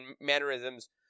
mannerisms